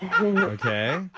okay